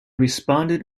responded